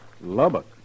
Lubbock